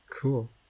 Cool